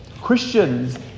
Christians